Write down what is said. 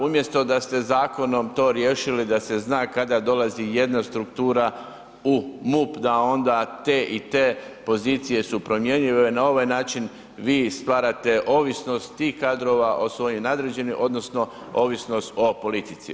Umjesto da ste zakonom to riješili da se zna kada dolazi jedna struktura u MUP, da onda te i te pozicije su promjenjive, na ovaj način vi stvarate ovisnost tih kadrova o svojim nadređenim odnosno ovisnost o politici.